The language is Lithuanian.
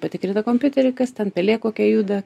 patikrina kompiuterį kas ten pelė kokia juda